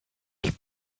nicht